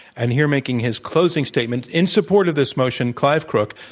and here making his closing statement, in support of this motion, clive crook,